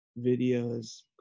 videos